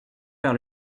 par